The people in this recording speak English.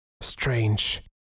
Strange